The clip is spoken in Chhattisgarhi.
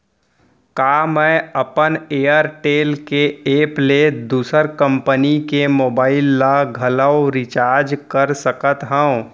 का मैं अपन एयरटेल के एप ले दूसर कंपनी के मोबाइल ला घलव रिचार्ज कर सकत हव?